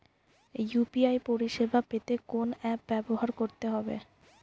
UPI পরিসেবা পেতে কোন অ্যাপ ব্যবহার করতে হবে?